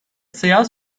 seyahat